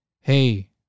Hey